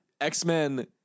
x-men